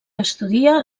estudia